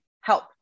help